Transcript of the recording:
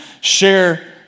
share